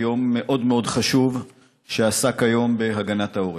על יום מאוד מאוד חשוב שעסק בהגנת העורף.